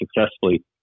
successfully